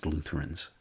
Lutherans